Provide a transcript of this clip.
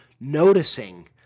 noticing